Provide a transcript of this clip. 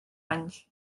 anys